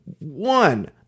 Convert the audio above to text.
one